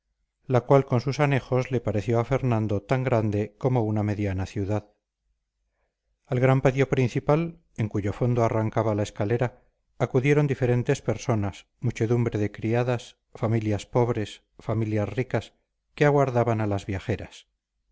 la cual con sus anejos le pareció a fernando tan grande como una mediana ciudad al gran patio principal en cuyo fondo arrancaba la escalera acudieron diferentes personas muchedumbre de criadas familias pobres familias ricas que aguardaban a las viajeras